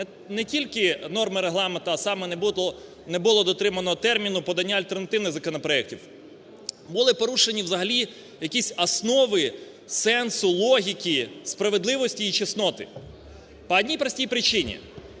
не тільки норми Регламенту, а саме не було дотримання терміну подання альтернативних законопроектів. Були порушені взагалі якісь основи сенсу, логіки, справедливості і чесноти. По одній простій причині…